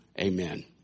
amen